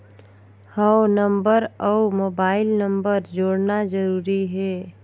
हव नंबर अउ mobile number जोड़ना जरूरी हे?